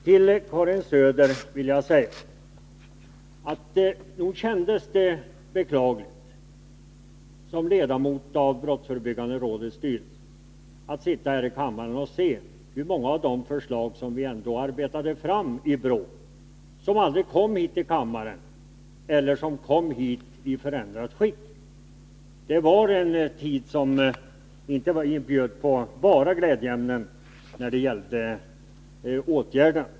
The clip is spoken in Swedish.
Till Karin Söder vill jag säga: Nog kändes det beklagligt, som ledamot i brottsförebyggande rådets styrelse, att sitta här i kammaren och se hur många av de förslag som vi ändå arbetade fram i BRÅ som aldrig kom till kammaren eller som kom hit i förändrat skick. Det var en tid som inte bjöd på bara glädjeämnen när det gällde åtgärder.